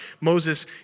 Moses